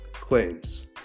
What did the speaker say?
Claims